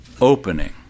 opening